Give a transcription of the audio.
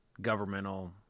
governmental